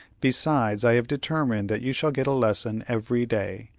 besides, i have determined that you shall get a lesson every day,